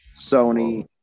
Sony